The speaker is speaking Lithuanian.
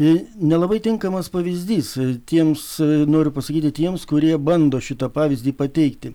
nelabai tinkamas pavyzdys tiems noriu pasakyti tiems kurie bando šitą pavyzdį pateikti